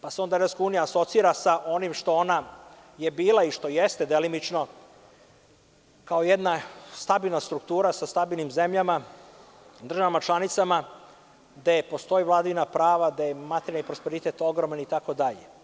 Pa se onda EU asocira sa onim što ona je bila i što jeste, delimično kao jedna stabilna struktura sa stabilnim zemljama, državama članicama, gde postoji vladavina prava, gde je materijalni prosperitet ogroman itd.